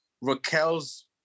Raquel's